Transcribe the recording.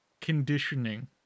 conditioning